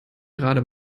gerade